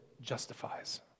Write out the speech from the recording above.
justifies